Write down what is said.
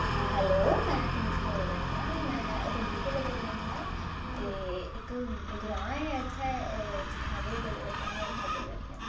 hello में तनीषा बोल्ला नीं आं में उधमपुरा कोला बोल्ला नीं आं ते इक ग्रां ऐ इत्थें जखैनी दे कोल में उत्थाुआं बोल्ला नी आं